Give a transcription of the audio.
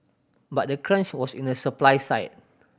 but the crunch was in the supply side